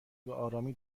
بهآرامی